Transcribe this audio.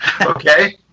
Okay